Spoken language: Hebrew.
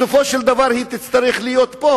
בסופו של דבר היא תצטרך להיות פה.